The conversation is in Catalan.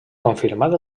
confirmat